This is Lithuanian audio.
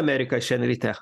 amerika šiandien ryte